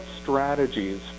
strategies